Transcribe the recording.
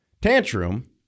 tantrum